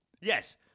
Yes